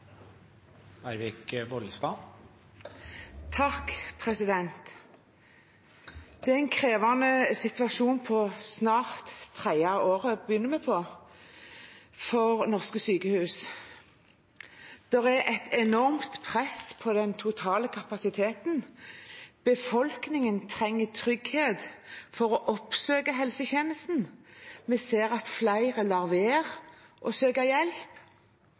en krevende situasjon – det begynner snart å bli på tredje året – for norske sykehus. Det er et enormt press på den totale kapasiteten. Befolkningen trenger trygghet for å oppsøke helsetjenesten. Vi ser at flere lar være å søke hjelp,